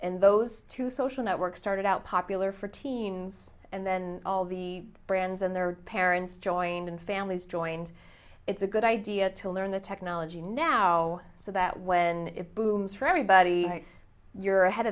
in those two social networks started out popular for teens and then all the brands and their parents joined and families joined it's a good idea to learn the technology now so that when it blooms for everybody you're ahead